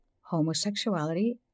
homosexuality